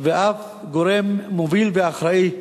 ואת גורם מוביל ואחראי,